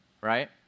Right